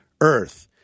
earth